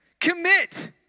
Commit